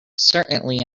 certainly